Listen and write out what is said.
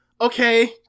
Okay